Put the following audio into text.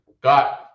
got